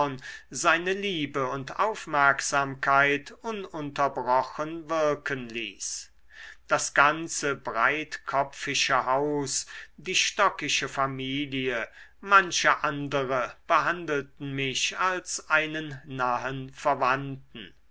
seine liebe und aufmerksamkeit ununterbrochen wirken ließ das ganze breitkopfische haus die stockische familie manche andere behandelten mich als einen nahen verwandten